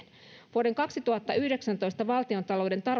vuoden kaksituhattayhdeksäntoista valtiontalouden